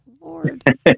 Lord